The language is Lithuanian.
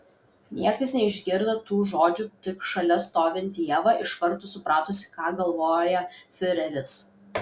niekas neišgirdo tų žodžių tik šalia stovinti ieva iš karto supratusi ką galvoja fiureris